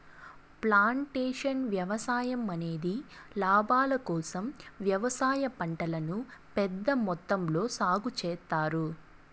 plantation వ్యవసాయం అనేది లాభాల కోసం వ్యవసాయ పంటలను పెద్ద మొత్తంలో సాగు చేత్తారు